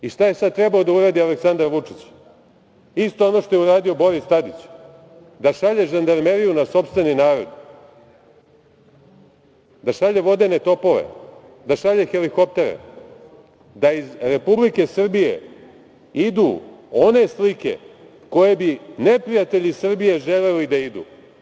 Šta je sada trebalo da uradi Aleksandar Vučić, isto ono što je uradio Boris Tadić, da šalje žandarmeriju na sopstveni narod, da šalje vodene topove, da šalje helikoptere, da iz Republike Srbije idu one slike koje bi neprijatelji Srbije želeli da idu?